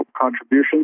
contributions